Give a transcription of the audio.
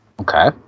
Okay